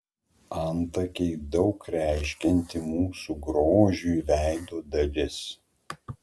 antakiai daug reiškianti mūsų grožiui veido dalis